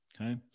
Okay